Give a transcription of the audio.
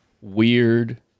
weird